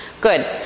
good